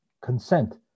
consent